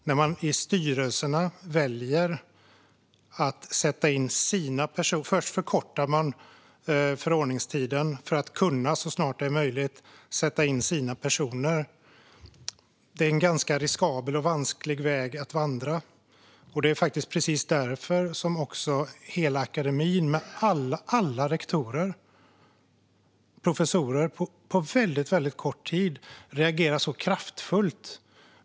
När man väljer att förkorta förordningstiden för att så snart det är möjligt sätta in sina personer i styrelserna är det en ganska riskabel och vansklig väg att vandra. Det är faktiskt precis därför som hela akademin - med alla rektorer och många professorer - på väldigt kort tid har reagerat så kraftfullt.